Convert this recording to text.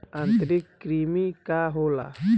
आंतरिक कृमि का होला?